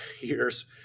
years